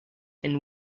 and